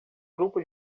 grupo